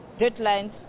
deadlines